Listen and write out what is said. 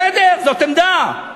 בסדר, זאת עמדה.